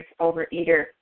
overeater